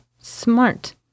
smart